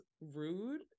rude